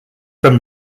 from